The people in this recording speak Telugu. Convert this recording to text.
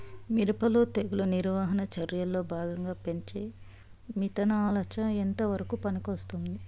మిరప లో తెగులు నివారణ చర్యల్లో భాగంగా పెంచే మిథలానచ ఎంతవరకు పనికొస్తుంది?